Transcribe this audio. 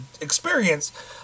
experience